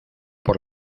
por